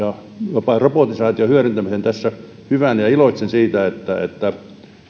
jopa robotisaation hyödyntämisen tässä hyvänä ja ja iloitsen siitä että että